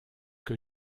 que